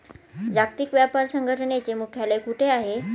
जागतिक व्यापार संघटनेचे मुख्यालय कुठे आहे?